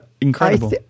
incredible